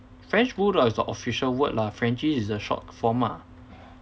french-bulldog is the official word lah frenchies is the short form ah